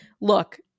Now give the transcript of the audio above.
Look